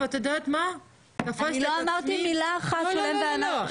בדיוק תפסתי את עצמי --- אני לא אמרתי מילה אחת של הם ואנחנו.